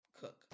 cook